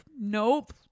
Nope